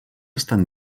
estan